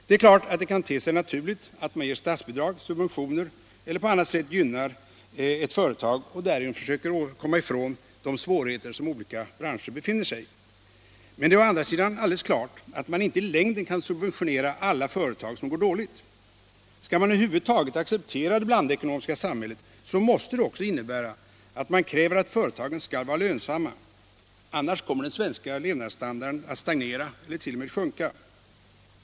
Det är klart att det kan te sig naturligt att ge statsbidrag och subventioner eller att på annat sätt gynna ett statligt företag och därigenom försöka komma ifrån de svårigheter som olika branscher befinner sig i, men det är å andra sidan också klart att man inte i längden kan subventionera alla företag som går dåligt. Skall man över huvud taget acceptera det blandekonomiska samhället, så måste det också innebära att man kräver att företagen skall vara lönsamma. Annars kommer den svenska levnadsstandarden att stagnera eller t.o.m. sjunka.